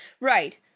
Right